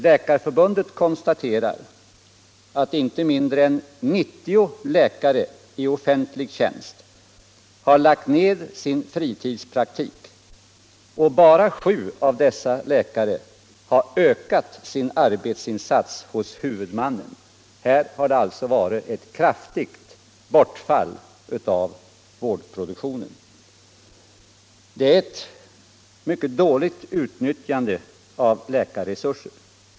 , Läkarförbundet konstaterar att inte mindre än 90 läkare i offentlig tjänst har lagt ned sin fritidspraktik, och bara 7 av dessa läkare har ökat sin arbetsinsats hos huvudmannen. Här har det alltså varit ett kraftigt bortfall av vård. Detta är ett mycket dåligt utnyttjande av läkarresurser.